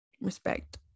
Respect